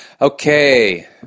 Okay